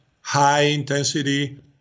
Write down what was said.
high-intensity